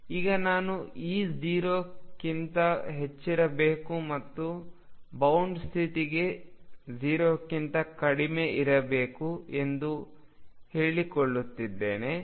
ಈಗ ನಾನು E 0 ಕ್ಕಿಂತ ಹೆಚ್ಚಿರಬೇಕು ಮತ್ತು ಬೌಂಡ್ ಸ್ಥಿತಿಗೆ 0 ಕ್ಕಿಂತ ಕಡಿಮೆಯಿರಬೇಕು ಎಂದು ಹೇಳಿಕೊಳ್ಳುತ್ತಿದ್ದೇನೆ